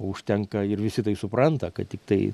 užtenka ir visi tai supranta kad tiktai